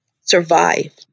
survive